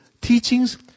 teachings